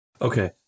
Okay